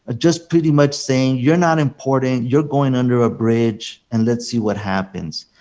ah just pretty much saying you are not important. you are going under a bridge, and let's see what happens.